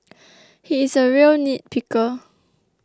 he is a real nitpicker